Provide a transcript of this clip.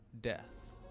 death